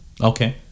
Okay